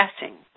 guessing